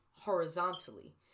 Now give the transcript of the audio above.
horizontally